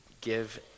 give